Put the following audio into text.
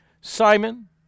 Simon